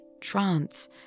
trance